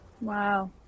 Wow